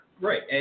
Right